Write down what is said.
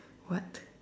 what